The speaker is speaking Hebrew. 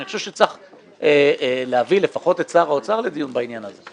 אני חושב שצריך להביא לפחות את שר האוצר לדיון בעניין הזה.